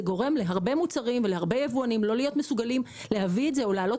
הדרישה לסימון גורמת להרבה יבואנים לא להביא את זה או להעלות